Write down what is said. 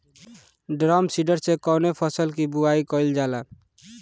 Drum seeder से कवने फसल कि बुआई कयील जाला?